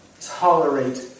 tolerate